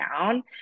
down